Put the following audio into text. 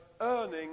earning